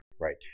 Right